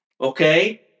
Okay